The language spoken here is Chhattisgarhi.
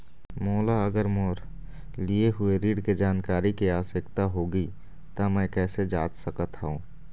मोला अगर मोर लिए हुए ऋण के जानकारी के आवश्यकता होगी त मैं कैसे जांच सकत हव?